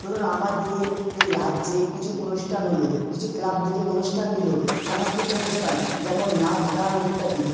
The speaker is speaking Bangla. ধরুন আমাদের এই রাজ্যে কিছু অনুষ্ঠান হলো কিছু ক্লাব থেকে অনুষ্ঠান দিলো সাংস্কৃতিক অনুষ্ঠান যেমন নাচ গান ইত্যাদি